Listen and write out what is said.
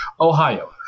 Ohio